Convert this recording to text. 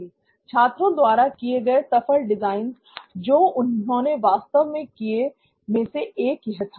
" छात्रों द्वारा किए गए सफल डिजाइंस जो उन्होंने वास्तव में किए में से यह एक था